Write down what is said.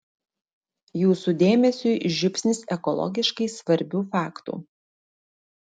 jūsų dėmesiui žiupsnis ekologiškai svarbių faktų